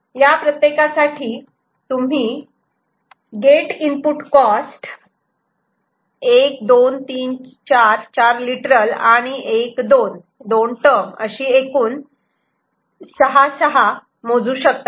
या प्रत्येकासाठी तुम्ही ही गेट इनपुट कॉस्ट 12 3 4 लिटरल आणि 1 2 टर्म अशी एकूण 1 2 3 4 5 6 12 3 4 5 6 मोजू शकतात